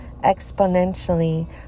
exponentially